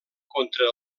contra